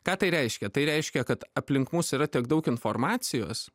ką tai reiškia tai reiškia kad aplink mus yra tiek daug informacijos